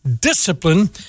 Discipline